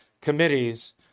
committees